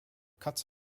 cuts